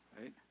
right